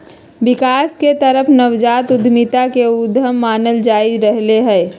विकास के तरफ नवजात उद्यमिता के उद्यत मानल जाईंत रहले है